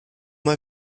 mal